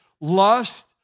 lust